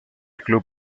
club